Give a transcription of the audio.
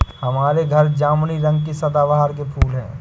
हमारे घर जामुनी रंग के सदाबहार के फूल हैं